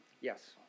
Yes